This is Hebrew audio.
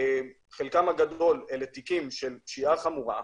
חלקם הגדול הם תיקים של פשיעה חמורה,